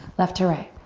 left to right.